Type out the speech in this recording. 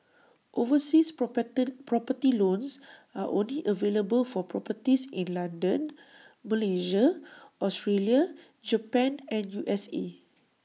overseas property loans are only available for properties in London Malaysia Australia Japan and U S A